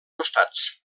costats